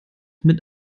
mit